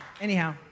anyhow